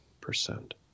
percent